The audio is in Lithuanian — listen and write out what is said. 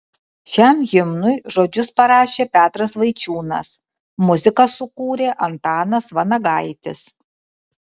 šiam himnui žodžius parašė petras vaičiūnas muziką sukūrė antanas vanagaitis